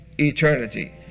Eternity